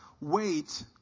wait